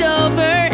over